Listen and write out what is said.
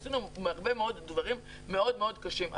עשינו הרבה מאוד דברים מאוד קשים.